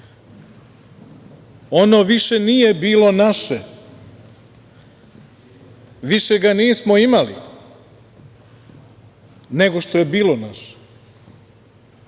Ono više nije bilo naše, više ga nismo imali nego što je bilo naše,